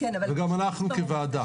וגם אנחנו כוועדה.